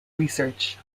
research